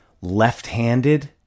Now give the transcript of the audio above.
left-handed